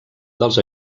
dels